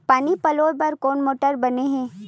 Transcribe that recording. पानी पलोय बर कोन मोटर बने हे?